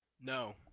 No